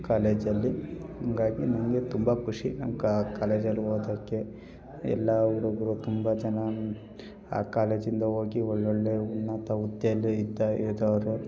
ಕಾಲೇಜಲ್ಲಿ ಹಿಂಗಾಗಿ ನನಗೆ ತುಂಬ ಖುಷಿ ನಂಗೆ ಆ ಕಾಲೇಜಲ್ಲಿ ಓದಕ್ಕೆ ಎಲ್ಲ ಹುಡುಗ್ರು ತುಂಬ ಜನನು ಆ ಕಾಲೇಜಿಂದ ಹೋಗಿ ಒಳ್ಳೊಳ್ಳೆಯ ಉನ್ನತ ಹುದ್ದೆಯಲ್ಲಿ ಇದ್ದು ಇದ್ದಾರೆ